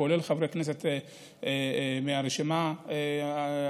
כולל חבר הכנסת מהרשימה המשותפת,